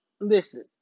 listen